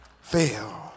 fail